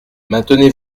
maintenez